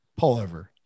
pullover